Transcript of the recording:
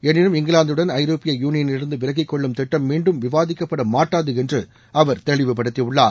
எனினும் இங்கிலாந்துடன் ஐரோப்பிய யூனிலிருந்து விலகிக்கொள்ளும் திட்டம் மீண்டும் விவாதிக்கப்பட மாட்டாது என்று அவர் தெளிவுபடுத்தியுள்ளார்